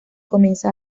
comienza